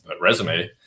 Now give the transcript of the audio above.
resume